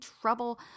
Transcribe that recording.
trouble